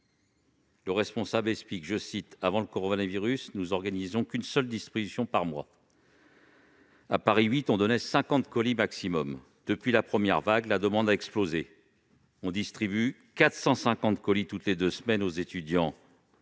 Villetaneuse explique :« Avant le coronavirus, nous n'organisions qu'une seule distribution par mois. À Paris VIII, on donnait 50 colis maximum. Depuis la première vague, la demande a explosé. On distribue 450 colis toutes les deux semaines aux étudiants